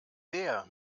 der